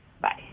Bye